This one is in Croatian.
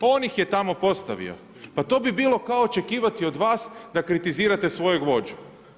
On ih je tamo postavio, pa to bi bilo kao očekivati od vas da kritizirate svojeg vođu.